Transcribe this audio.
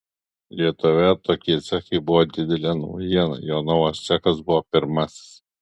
lietuvoje tokie cechai buvo didelė naujiena jonavos cechas buvo pirmasis